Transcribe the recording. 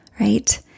Right